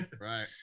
Right